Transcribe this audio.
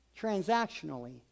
transactionally